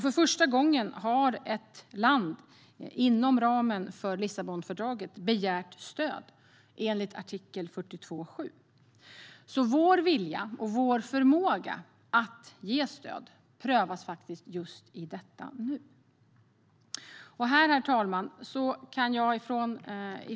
För första gången har ett land begärt stöd inom ramen för Lissabonfördraget, enligt artikel 42.7. Vår vilja och förmåga att ge stöd prövas alltså i detta nu. Herr talman!